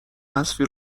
حذفی